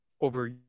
over